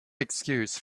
excuse